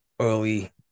early